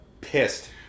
pissed